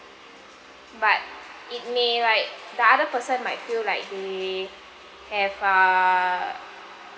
but it may like the other person might feel like they have err